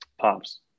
Pops